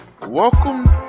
welcome